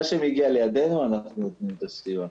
מה שמגיע לידינו אנחנו נותנים את הסיוע.